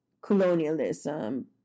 colonialism